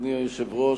אדוני היושב-ראש,